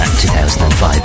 2005